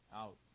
out